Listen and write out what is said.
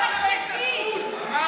זה מנהיג, חבר הכנסת אלמוג כהן, קריאה ראשונה.